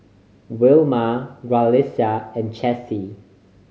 Wilma Graciela and Chessie